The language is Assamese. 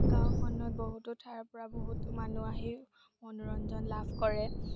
গাঁৱখনত বহুতো ঠাইৰ পৰা বহুত মানুহ আহি মনোৰঞ্জন লাভ কৰে